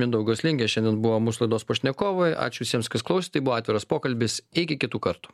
mindaugas lingė šiandien buvo mūsų laidos pašnekovai ačiū visiems kas klausė tai buvo atviras pokalbis iki kitų kartų